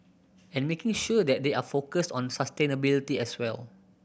and making sure that they are focused on sustainability as well